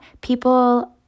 people